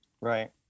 Right